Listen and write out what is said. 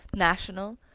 national,